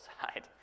side